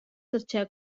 darcheu